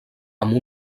amb